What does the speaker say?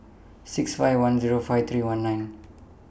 six five one Zero five three one nine